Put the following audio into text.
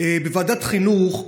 בוועדת החינוך,